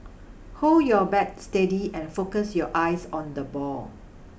hold your bat steady and focus your eyes on the ball